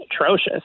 atrocious